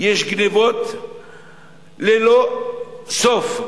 יש גנבות ללא סוף,